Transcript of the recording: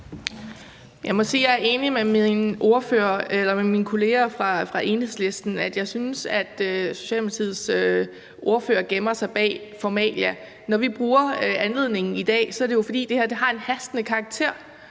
jeg er enig med mine kolleger fra Enhedslisten. Jeg synes, at Socialdemokratiets ordfører gemmer sig bag formalia. Når vi bruger anledningen i dag, er det jo, fordi det her har en hastende karakter.